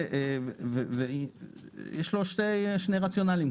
ויש לו שני רציונלים,